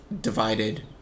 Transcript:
divided